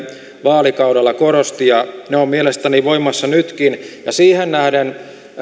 vaalikaudella korosti ja ne ovat mielestäni voimassa nytkin siihen nähden olen